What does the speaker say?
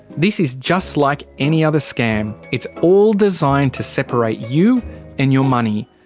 this is just like any other scam. it's all designed to separate you and your money.